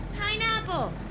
Pineapple